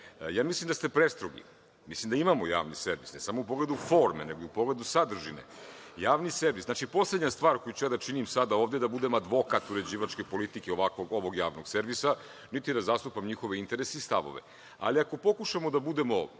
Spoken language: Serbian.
Ja mislim da ste prestrogi. Mislim da imamo Javni servis, ne samo u pogledu forme, nego i u pogledu sadržine. Javni servis, znači poslednja stvar koju ću ja da činim sada ovde, da budem advokat uređivačke politike ovog Javnog servisa, niti da zastupam njihove interese i stavove, ali ako pokušamo da budemo,